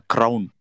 Crown